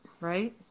right